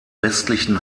westlichen